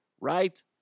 right